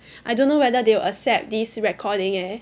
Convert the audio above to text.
I don't know whether they will accept this recording eh